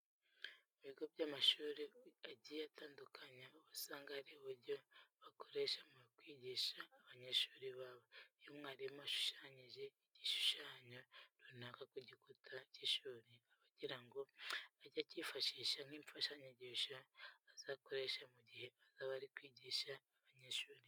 Ku bigo by'amashuri agiye atandukanye uba usanga hari uburyo bakoresha mu kwigisha abanyeshuri babo. Iyo umwarimu ashushanyije n'igishushanyo runaka ku gikuta cy'ishuri, aba agira ngo ajye akifashishe nk'imfashanyigisho azakoresha mu gihe azaba ari kwigisha abanyeshuri be.